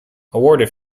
awarded